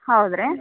ಹೌದು ರೀ